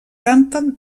canten